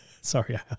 Sorry